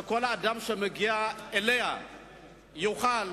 שכל אדם שמגיע אליה יוכל